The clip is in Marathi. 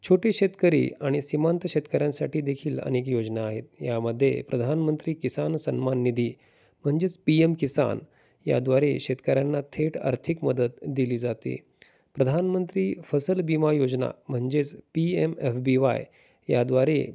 छोटे शेतकरी आणि श्रीमंत शेतकऱ्यांसाठी देखील अनेक योजना आहेत यामध्ये प्रधानमंत्री किसन सन्मान निधी म्हणजेच पी एम किसान याद्वारे शेतकऱ्यांना थेट आर्थिक मदत दिली जाते प्रधानमंत्री फसल बीमा योजना म्हणजेच P M F B Y याद्वारे